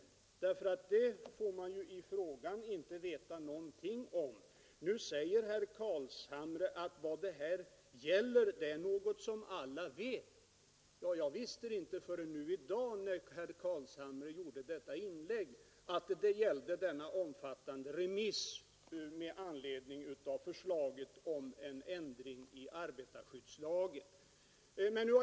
Nu säger herr Carlshamre att alla känner till vad det här gäller. För min del visste jag inte förrän i dag, efter det att herr Carlshamre gjort sitt inlägg, att frågan gällde den omfattande remissen med anledning av förslaget om en ändring i arbetarskyddslagen.